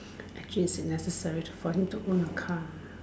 actually is necessary to for him to own a car